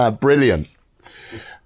Brilliant